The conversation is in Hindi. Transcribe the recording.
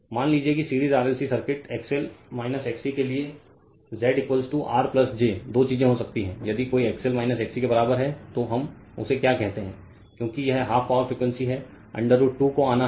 Refer Slide Time 2627 मान लीजिए कि series RLC circuit XL XC के लिए Z R j दो चीजें हो सकती हैं यदि कोई XL XC के बराबर है तो हम उसे क्या कहते हैं क्योंकि यह 12 पावर फ्रीक्वेंसी है √ 2 को आना है